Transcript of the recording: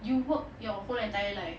you work your whole entire life